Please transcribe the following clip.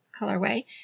colorway